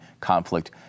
conflict